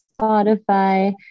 Spotify